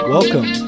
Welcome